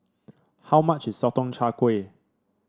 how much is Sotong Char Kway